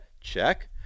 check